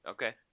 Okay